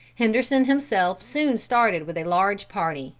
henderson himself soon started with a large party,